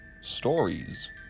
Stories